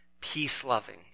peace-loving